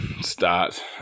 start